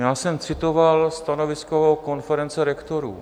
Já jsem citoval stanovisko konference rektorů.